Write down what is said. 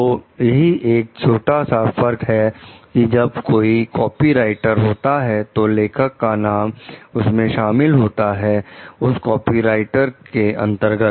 तो यही एक छोटा सा फर्क है कि जब कोई कॉपीराइट होता है तो लेखक का नाम उसमें शामिल होता है उस कॉपीराइट के अंतर्गत